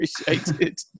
appreciated